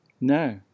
No